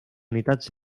unitats